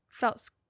felt